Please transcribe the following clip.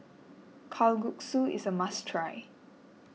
Kalguksu is a must try